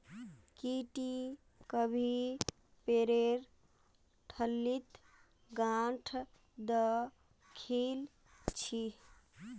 की टी कभी पेरेर ठल्लीत गांठ द खिल छि